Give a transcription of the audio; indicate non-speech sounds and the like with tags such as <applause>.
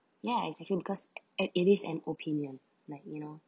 ya exactly because <noise> and it is an opinion like you know